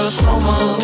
summer